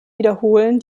wiederholen